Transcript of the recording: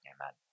Amen